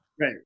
Right